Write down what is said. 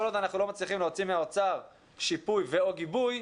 עוד אנחנו לא מצליחים להוציא מהאוצר שיפוי ו/או גיבוי,